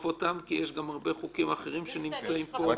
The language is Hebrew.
אותם כי יש גם הרבה חוקים אחרים שנמצאים פה.